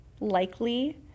likely